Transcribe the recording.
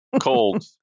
cold